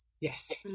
Yes